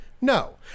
No